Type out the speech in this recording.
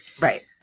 Right